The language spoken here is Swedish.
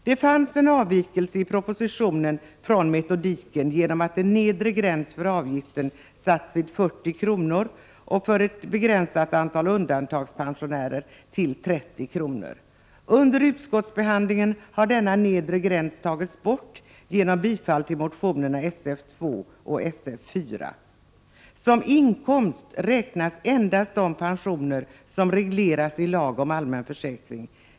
Det finns en avvikelse från metodiken i propositionen genom att en nedre gräns för avgiften sattes vid 40 kr. och för ett begränsat antal undantagspensionärer vid 30 kr. Under utskottsbehandlingen har denna nedre gräns tagits bort genom bifall till motionerna Sf2 och Sf4. Som inkomst betraktas endast de pensioner som regleras i lag om allmän försäkring.